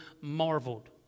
marveled